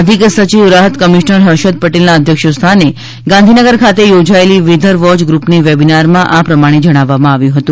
અધિક સચિવ રાહત કમિશ્નર હર્ષદ પટેલના અધ્યક્ષ સ્થાને ગાંધીનગર ખાતે યોજાયેલી વેધર વોય ગ્રુપની વેબિનારમાં આ પ્રમાણે જણાવવામાં આવ્યુ હતુ